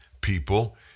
people